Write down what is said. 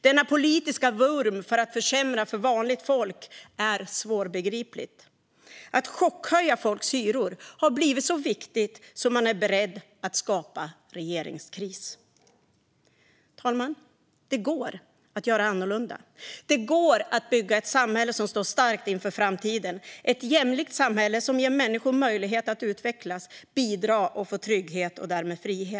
Denna politiska vurm för att försämra för vanligt folk är svårbegriplig. Att chockhöja folks hyror har blivit så viktigt att man är beredd att skapa regeringskris. Fru talman! Det går att göra annorlunda. Det går att bygga ett samhälle som står starkt inför framtiden. Ett jämlikt samhälle som ger människor möjligheter att utvecklas, bidra och få trygghet och därmed frihet.